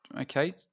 okay